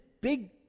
big